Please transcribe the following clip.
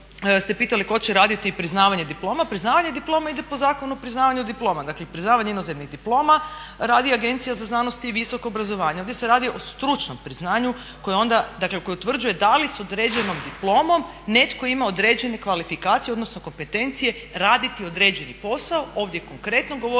ste pitali tko će raditi priznavanje diploma? Priznavanje diploma ide po Zakonu o priznavanju diploma. Dakle, priznavanje inozemnih diploma radi Agencija za znanost i visoko obrazovanje. Ovdje se radi o stručnom priznanju koje onda utvrđuje da li s određenom diplomom netko ima određene kvalifikacije, odnosno kompetencije raditi određeni posao, ovdje konkretno govorimo